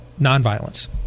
nonviolence